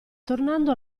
tornando